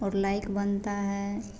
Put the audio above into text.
और लाइक बनता है